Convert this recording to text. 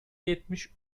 yetmiş